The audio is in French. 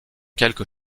quelque